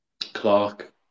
Clark